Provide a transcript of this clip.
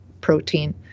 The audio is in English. protein